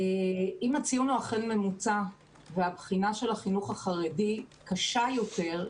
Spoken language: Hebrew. אם הציון הוא אכן ממוצע והבחינה של החינוך החרדי קשה יותר,